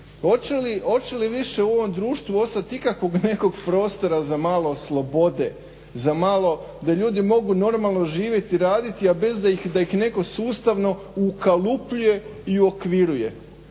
Hoće li više u ovom društvu ostat ikakvog nekog prostora za malo slobode, da ljudi mogu normalno živjet i raditi, a bez da ih netko sustavno ukalupljuje i uokviruje.